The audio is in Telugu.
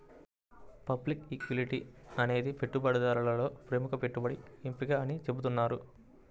పబ్లిక్ ఈక్విటీ అనేది పెట్టుబడిదారులలో ప్రముఖ పెట్టుబడి ఎంపిక అని చెబుతున్నారు